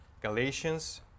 Galatians